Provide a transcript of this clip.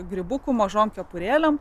grybukų mažom kepurėlėm